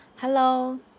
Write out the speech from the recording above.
Hello